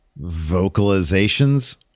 vocalizations